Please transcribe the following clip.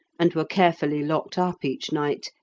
and were carefully locked up each night,